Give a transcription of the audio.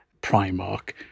Primark